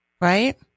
Right